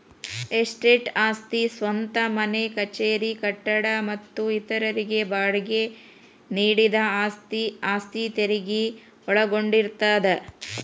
estate ಆಸ್ತಿ ಸ್ವಂತ ಮನೆ ಕಚೇರಿ ಕಟ್ಟಡ ಮತ್ತ ಇತರರಿಗೆ ಬಾಡ್ಗಿ ನೇಡಿದ ಆಸ್ತಿ ಆಸ್ತಿ ತೆರಗಿ ಒಳಗೊಂಡಿರ್ತದ